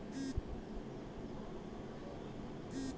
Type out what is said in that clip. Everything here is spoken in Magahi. सरकारेर द्वारा या प्राइवेट कम्पनीर द्वारा तन्ख्वाहक प्रदान कराल जा छेक